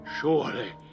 Surely